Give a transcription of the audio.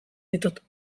ditut